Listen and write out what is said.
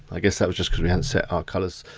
i guess that was just cause we hadn't set our colours.